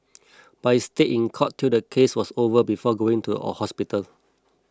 but he stayed in court till the case was over before going to a hospital